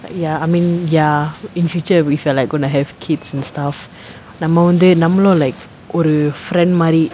ya I mean ya in future if we are like going to have kids and stuff நம்ம வந்து நம்மலு:namma vanthu nammalu like ஒரு:oru friend மாரி:mari